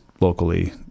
locally